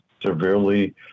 severely